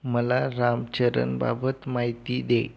मला राम चरणबाबत माहिती दे